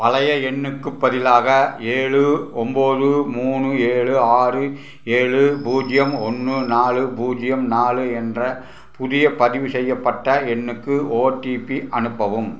பழைய எண்ணுக்குப் பதிலாக ஏழு ஒன்போது மூணு ஏழு ஆறு ஏழு பூஜ்யம் ஒன்று நாலு பூஜ்யம் நாலு என்ற புதிய பதிவு செய்யப்பட்ட எண்ணுக்கு ஓடிபி அனுப்பவும்